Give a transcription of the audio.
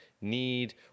need